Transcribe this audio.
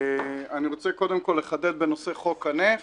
אני רוצה קודם כול לחדד בנושא חוק הנפט.